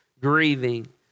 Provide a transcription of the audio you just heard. grieving